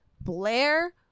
Blair